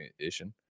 edition